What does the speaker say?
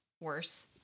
worse